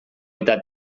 eta